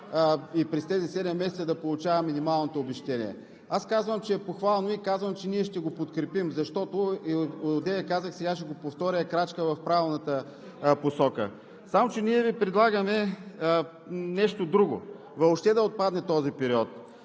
и през тези седем месеца да получава минималното обезщетение. Аз казвам, че е похвално и че ние ще го подкрепим, защото, сега ще го повторя, е крачка в правилната посока. Само че ние Ви предлагаме нещо друго – въобще да отпадне този период.